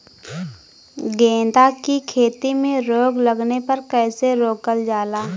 गेंदा की खेती में रोग लगने पर कैसे रोकल जाला?